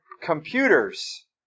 computers